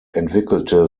entwickelte